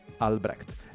Albrecht